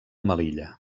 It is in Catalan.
melilla